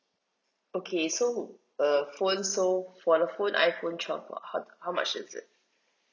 okay so err phone so for the phone iphone twelve how how much is it